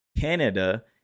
Canada